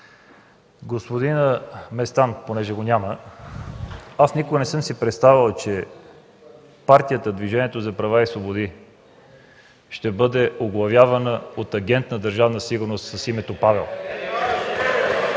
Господин Местан – него го няма, но никога не съм си представял, че Партията „Движение за права и свободи” ще бъде оглавявана от агент на Държавна сигурност с името Павел.